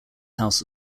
house